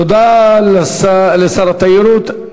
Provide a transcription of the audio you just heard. תודה לשר התיירות.